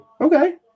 Okay